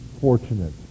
fortunate